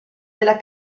della